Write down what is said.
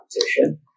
competition